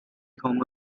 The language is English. homo